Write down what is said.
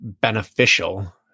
beneficial